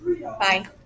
bye